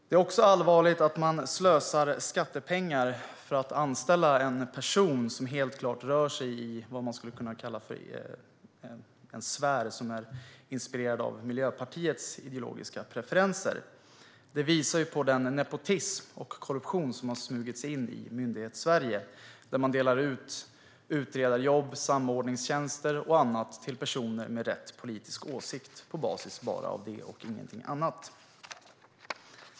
Det är också allvarligt att man slösar skattepengar på att anställa en person som helt klart rör sig i en sfär inspirerad av Miljöpartiets ideologiska preferenser. Det visar på den nepotism och korruption som har smugit sig in i Myndighetssverige där utredarjobb, samordningstjänster och andra tjänster delas ut till personer på basis av att de har rätt politisk åsikt och inget annat.